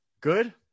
good